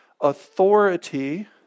authority